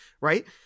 right